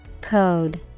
Code